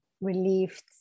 relieved